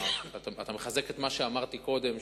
דברים: או שאתה מחזק את מה שאמרתי קודם,